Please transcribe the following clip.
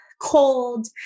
cold